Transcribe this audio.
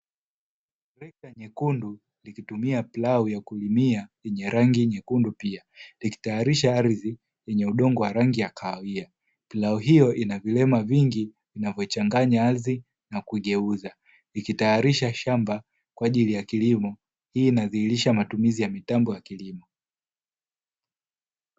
Trekta jekundu likitumia plau ya kulimia, lenye rangi nyekundu pia, likitayarisha ardhi yenye udongo wa kahawia. Plau hiyo ina vilema vingi vinavyochanganya ardhi na kugeuza, ikitayarisha shamba kwa ajili ya kilimo. Hii inadhihirisha matumizi ya mitambo ya kilimo.